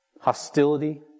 Hostility